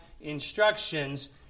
instructions